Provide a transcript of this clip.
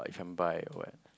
if I'm bi or what